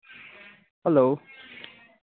hello